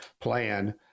plan